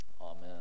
Amen